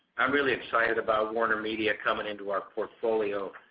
i'm really excited about warnermedia coming into our portfolio,